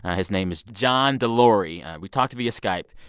his name is john delury. we talked via skype.